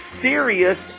serious